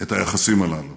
את היחסים הללו.